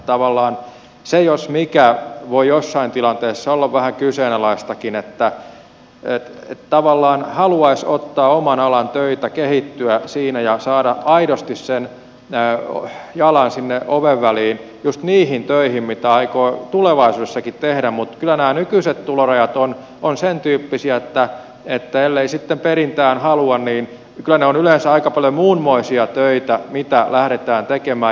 tavallaan se jos mikä voi jossain tilanteessa olla vähän kyseenalaistakin että tavallaan haluaisi ottaa oman alan töitä kehittyä siinä ja saada aidosti sen jalan sinne oven väliin just niihin töihin mitä aikoo tulevaisuudessakin tehdä mutta kyllä nämä nykyiset tulorajat ovat sentyyppisiä että ellei sitten perintään halua niin kyllä ne ovat yleensä aika paljon muunmoisia töitä mitä lähdetään tekemään